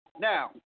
now